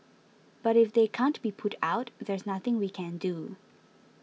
but if they can't be put out there's nothing we can do